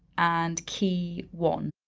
and key one.